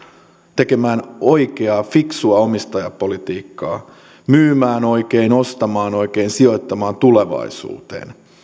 tekemään oikeaa fiksua omistajapolitiikkaa myymään oikein ostamaan oikein sijoittamaan tulevaisuuteen